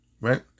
right